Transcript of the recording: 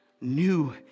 new